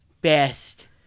best